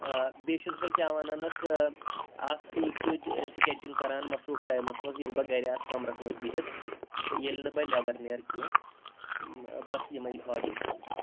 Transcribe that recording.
بیٚیہِ چھُس بہٕ کیٛاہ وَنان اَتھ اَتھ سۭتۍ سۭتۍ سِکیچِنٛگ کَران مصروٗف ٹایمَس منٛز ییٚلہِ بہٕ گَرِ آسہٕ کَمرَس منٛز بِہِتھ تہٕ ییٚلہِ نہٕ بہٕ نیٚبَر نیرٕ کینٛہہ بَس یِمے ہابی چھِ مےٚ